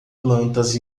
plantas